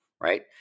Right